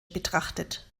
betrachtet